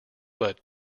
but